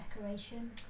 decoration